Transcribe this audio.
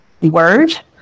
word